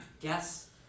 Guess